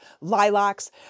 lilacs